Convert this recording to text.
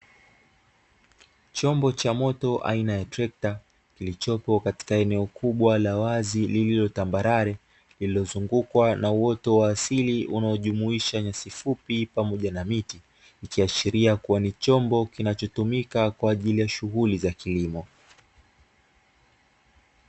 Chombo cha moto aina ya trekta, kilichopo katika eneo kubwa la wazi lililotambalare, lililozungukwa na uoto wa asili unaojumuisha nyasi fupi pamoja na miti, ikiashiria kuwa ni chombo kinachotumika kwa ajili ya shughuli za kilimo.